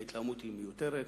ההתלהמות היא מיותרת.